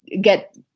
get